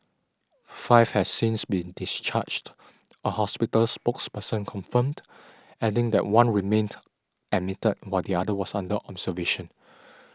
five has since been discharged a hospital spokesperson confirmed adding that one remained admitted while the other was under observation